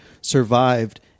survived